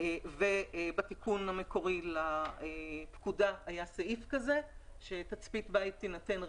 ובתיקון המקורי לפקודה היה סעיף כזה שתצפית בית יינתן,